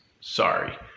Sorry